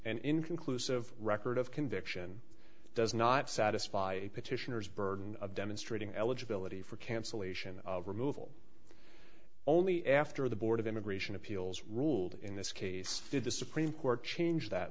an inconclusive record of conviction does not satisfy petitioners burden of demonstrating eligibility for cancellation of removal only after the board of immigration appeals ruled in this case did the supreme court change that